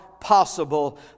possible